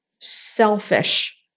selfish